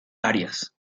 arias